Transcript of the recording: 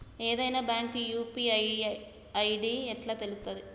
ఏదైనా bank UPI ID ఎట్లా తెలుత్తది?